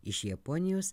iš japonijos